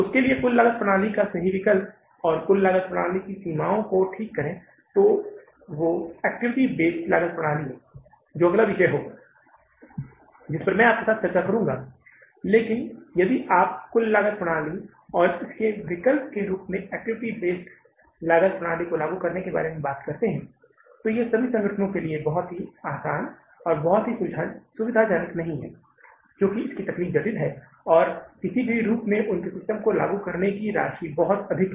उसके लिए कुल लागत प्रणाली का सही विकल्प और कुल लागत प्रणाली की सीमाओं को ठीक करे तो वो एक्टिविटी बेस्ड लागत प्रणाली है जो अगला विषय होगा जिस पर मैं आपके साथ चर्चा करुंगा लेकिन यदि आप कुल लागत प्रणाली और इसके विकल्प के रूप में एक्टिविटी बेस्ड लागत प्रणाली को लागू करने की बात करते है तो ये सभी संगठनों के लिए बहुत आसान और बहुत सुविधाजनक नहीं है क्योंकि इसकी तकनीकी जटिल है और किसी भी रूप में उनके सिस्टम को लागू करने की लागत राशि बहुत अधिक है